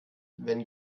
wenn